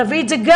נביא גם את זה.